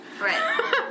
Right